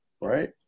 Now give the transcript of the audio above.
Right